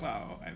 !wow!